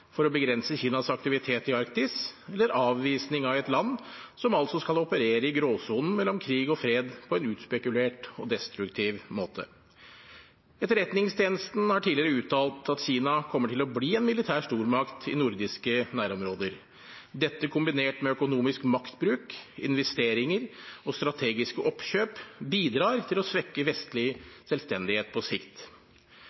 for å begrense Kinas aktivitet i Arktis, eller avvisning av et land som altså skal operere i gråsonen mellom krig og fred på en utspekulert og destruktiv måte. Etterretningstjenesten har tidligere uttalt at Kina kommer til å bli en militær stormakt i nordiske nærområder. Dette, kombinert med økonomisk maktbruk, investeringer og strategiske oppkjøp, bidrar til å svekke vestlig